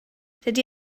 dydy